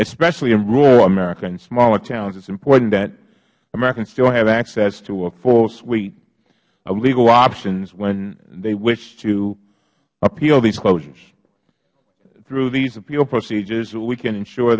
especially in rural america and smaller towns it is important that americans still have access to a full suite of legal options when they wish to appeal these closures through these appeal procedures we can ensure